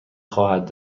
خواهد